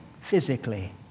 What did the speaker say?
physically